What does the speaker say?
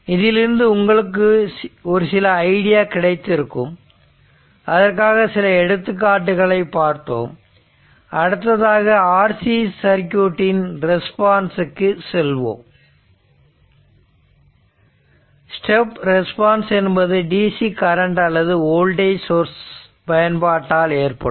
இதிலிருந்து உங்களுக்கு ஒரு சில ஐடியா கிடைத்திருக்கும் அதற்காக சில எடுத்துக்காட்டுகளை பார்த்தோம் அடுத்ததாக RC சர்க்யூட் இன் ரெஸ்பான்ஸ் க்கு செல்வோம் ஸ்டெப் ரெஸ்பான்ஸ் என்பது DC கரண்ட் அல்லது வோல்டேஜ் சோர்ஸ் பயன்பாட்டால் ஏற்படும்